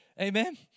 Amen